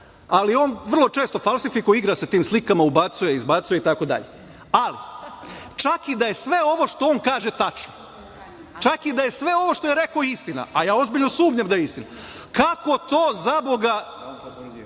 ali on vrlo često falsifikuje, igra se tim slikama, ubacuje, izbacuje itd. Ali, čak i da je sve ovo što on kaže tačno, čak i da je sve ovo što je rekao istina, a ja ozbiljno sumnjam da je istina, kako to, zaboga,